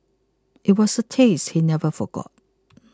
it was a taste he never forgot